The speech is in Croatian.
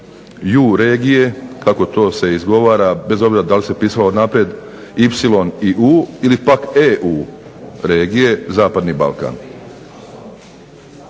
EU regije kako to se izgovara, bez obzira da li se pisao naprijed YU ili pak EU regije Zapadni Balkan.